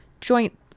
joint